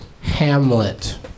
hamlet